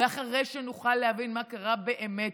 ואחרי שנוכל להבין מה קרה באמת,